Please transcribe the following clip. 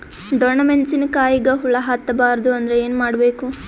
ಡೊಣ್ಣ ಮೆಣಸಿನ ಕಾಯಿಗ ಹುಳ ಹತ್ತ ಬಾರದು ಅಂದರ ಏನ ಮಾಡಬೇಕು?